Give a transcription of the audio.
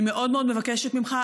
אני מאוד מאוד מבקשת ממך.